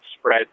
spread